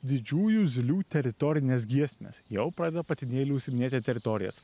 didžiųjų zylių teritorines giesmes jau pradeda patinėliai užsiiminėti teritorijas